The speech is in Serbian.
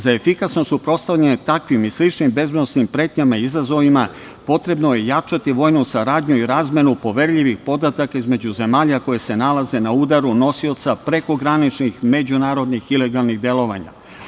Za efikasno suprotstavljanje takvim i sličnim bezbednosnim pretnjama i izazovima, potrebno je jačati vojnu saradnju i razmenu poverljivih podataka između zemalja koje se nalaze na udaru nosioca prekograničnih međunarodnih ilegalnih delovanja.